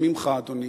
גם ממך, אדוני,